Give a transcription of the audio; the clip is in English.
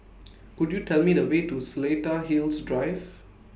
Could YOU Tell Me The Way to Seletar Hills Drive